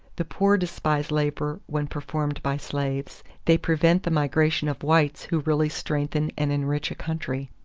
the poor despise labor when performed by slaves. they prevent the migration of whites who really strengthen and enrich a country.